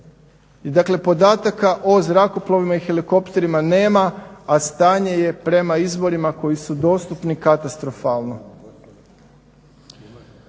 dakle podataka o zrakoplovima i helikopterima nema, a stanje je prema izvorima koji su dostupni katastrofalno.